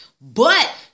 But-